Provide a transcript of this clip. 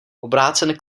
obrácen